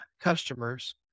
customers